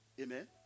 Amen